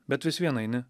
bet vis vien eini